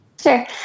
Sure